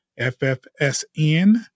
FFSN